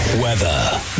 Weather